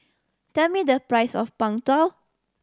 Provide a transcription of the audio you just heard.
tell me the price of Png Tao